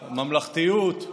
ממלכתיות.